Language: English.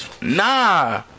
Nah